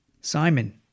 Simon